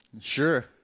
Sure